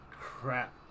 crap